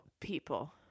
People